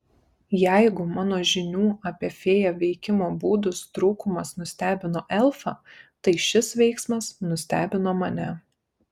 jeigu mano žinių apie fėjų veikimo būdus trūkumas nustebino elfą tai šis veiksmas nustebino mane